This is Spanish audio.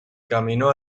camino